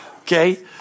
Okay